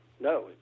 No